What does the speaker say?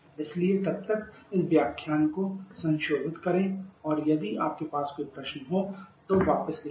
इसलिए तब तक इस व्याख्यान को संशोधित करें और यदि आपके पास कोई प्रश्न है तो मुझे वापस लिखें